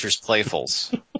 playfuls